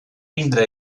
vindre